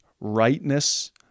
rightness